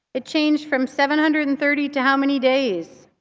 it changed from seven hundred and thirty to how many days?